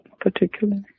particularly